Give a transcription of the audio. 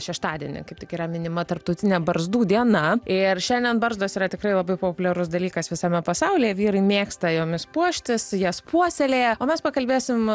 šeštadienį kaip tik yra minima tarptautinė barzdų diena ir šiandien barzdos yra tikrai labai populiarus dalykas visame pasaulyje vyrai mėgsta jomis puoštis jas puoselėja o mes pakalbėsim